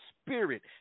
spirit